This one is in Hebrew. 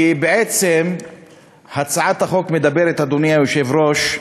כי בעצם הצעת החוק אומרת, אדוני היושב-ראש,